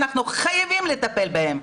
אנחנו חייבים לטפל בהם,